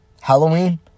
Halloween